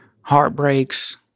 heartbreaks